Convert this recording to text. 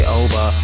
over